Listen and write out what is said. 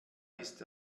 ist